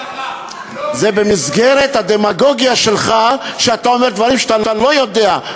זה במסגרת הדמגוגיה שלך שאתה אומר דברים שאתה לא יודע.